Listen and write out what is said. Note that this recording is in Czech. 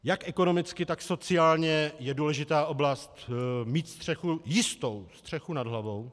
Jak ekonomicky, tak sociálně je důležitá oblast mít jistou střechu nad hlavou.